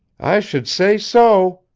i should say so,